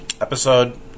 episode